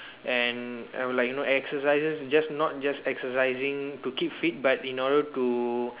and I will like you know exercises just not just exercising to keep fit but in order to